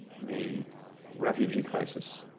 the refugee crisis